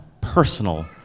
personal